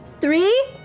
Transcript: Three